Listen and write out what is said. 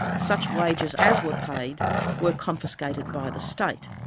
such wages as were paid were confiscated by the state.